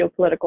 geopolitical